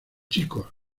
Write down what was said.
chicos